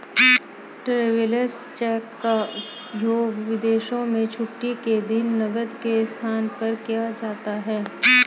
travellers cheque का उपयोग विदेशों में छुट्टी के दिन नकद के स्थान पर किया जाता है